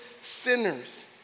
sinners